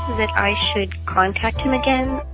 that i should contact him again?